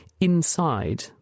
inside